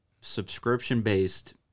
subscription-based